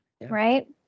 right